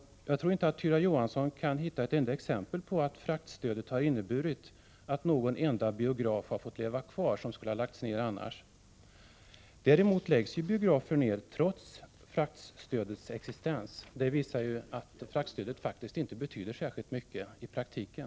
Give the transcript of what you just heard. Jag tror inte att Tyra Johansson kan hitta ett enda exempel på att fraktstödet skulle ha inneburit att någon enda biograf har fått leva kvar som skulle ha lagts ned annars. Däremot läggs biografer ned trots fraktstödets existens. Detta visar ju att fraktstödet inte betyder särskilt mycket i praktiken.